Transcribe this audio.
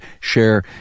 share